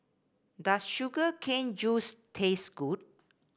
does Sugar Cane Juice taste good